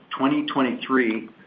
2023